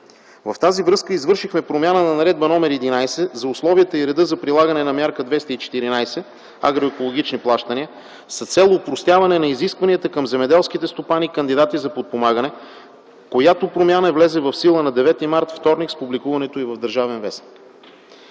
В тази връзка извършихме промяна на Наредба № 11 за условията и реда за прилагане на Мярка 214 „Агроекологични плащания” с цел опростяване на изискванията към земеделските стопани – кандидати за подпомагане, която промяна влезе в сила на 9 март, вторник, с публикуването й в „Държавен вестник”.